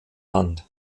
hand